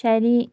ശരി